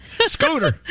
Scooter